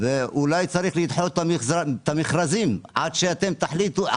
ואולי צריך לדחות את המכרזים עד שאתם תחליטו,